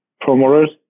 promoters